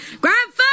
Grandpa